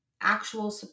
actual